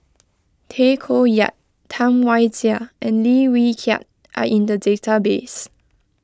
Tay Koh Yat Tam Wai Jia and Lim Wee Kiak are in the database